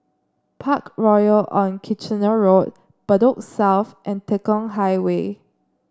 Parkroyal on Kitchener Road Bedok South and Tekong Highway